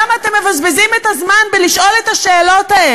למה אתם מבזבזים את הזמן בשאלות האלה?